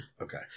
Okay